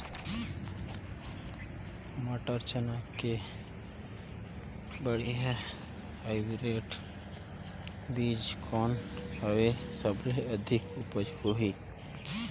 मटर, चना के बढ़िया हाईब्रिड बीजा कौन हवय? सबले अधिक उपज होही?